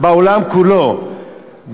בעולם כולו,